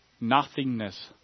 nothingness